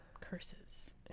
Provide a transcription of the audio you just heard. curses